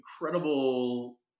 incredible